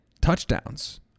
touchdowns